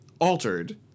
altered